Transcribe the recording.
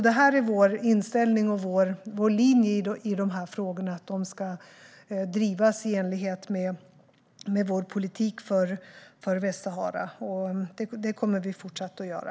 Det är vår inställning och vår linje i de här frågorna - att de ska drivas i enlighet med vår politik för Västsahara. Det kommer vi att fortsätta göra.